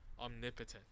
omnipotent